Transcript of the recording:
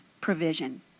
provision